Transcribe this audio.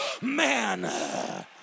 man